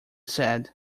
said